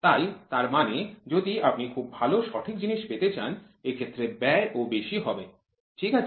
তাই তার মানে যদি আপনি খুব ভাল সঠিক জিনিস পেতে চান এক্ষেত্রে ব্যয় ও বেশি হবে ঠিক আছে